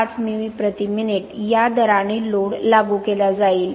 5 मिमी प्रति मिनिट या दराने लोड लागू केला जाईल